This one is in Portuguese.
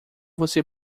você